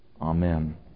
Amen